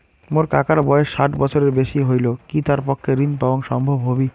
মোর কাকার বয়স ষাট বছরের বেশি হলই কি তার পক্ষে ঋণ পাওয়াং সম্ভব হবি?